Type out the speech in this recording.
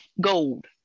gold